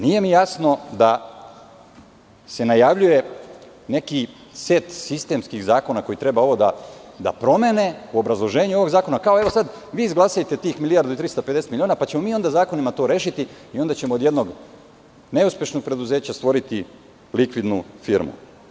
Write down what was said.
Nije mi jasno da se najavljuje neki set sistemskih zakona koji treba ovo da promene u obzraloženju ovog zakona kao evo sad, vi izglasajte tih 1.350.000.000 milona pa ćemo mi onda zakonima to rešiti, o onda ćemo od jednog neuspešnog preduzeća stvoriti likvidnu firmu.